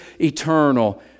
eternal